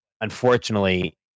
unfortunately